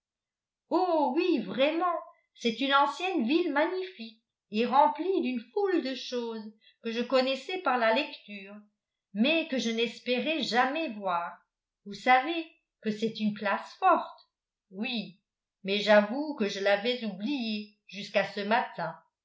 oh oui vraiment c'est une ancienne ville magnifique et remplie d'une foule de choses que je connaissais par la lecture mais que je n'espérais jamais voir vous savez que c'est une place forte oui mais j'avoue que je l'avais oublié jusqu'à ce matin